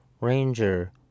ranger